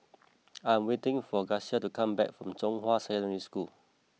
I am waiting for Graciela to come back from Zhonghua Secondary School